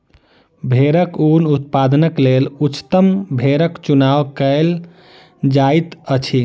भेड़क ऊन उत्पादनक लेल उच्चतम भेड़क चुनाव कयल जाइत अछि